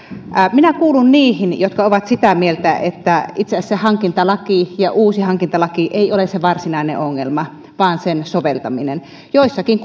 minä kuulun niihin jotka ovat sitä mieltä että itse asiassa hankintalaki uusi hankintalaki ei ole se varsinainen ongelma vaan sen soveltaminen joissakin